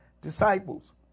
disciples